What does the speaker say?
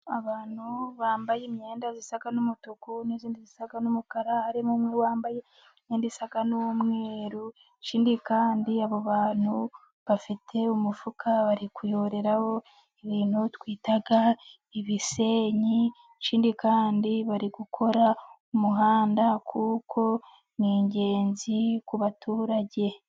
Abantu bambaye imyenda isa n'umutuku n'indi isa n'umukara, harimo umwe wambaye imyenda isa n'umweru, ikindi kandi abo bantu bafite umufuka bari kuyoreraho ibintu twita ibisenyi, icyindi kandi bari gukora umuhanda, kuko n'ingenzi ku baturage.